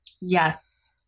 Yes